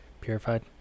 Purified